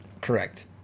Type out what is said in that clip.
Correct